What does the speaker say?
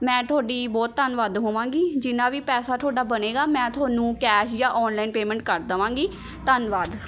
ਮੈਂ ਤੁਹਾਡੀ ਬਹੁਤ ਧੰਨਵਾਦ ਹੋਵਾਂਗੀ ਜਿੰਨਾ ਵੀ ਪੈਸਾ ਤੁਹਾਡਾ ਬਣੇਗਾ ਮੈਂ ਤੁਹਾਨੂੰ ਕੈਸ਼ ਜਾਂ ਔਨਲਾਈਨ ਪੇਮੈਂਟ ਕਰ ਦੇਵਾਂਗੀ ਧੰਨਵਾਦ